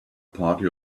party